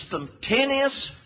instantaneous